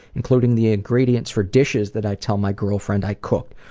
including the ingredients for dishes that i tell my girlfriend i cooked,